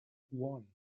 one